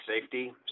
safety